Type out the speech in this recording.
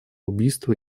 убийство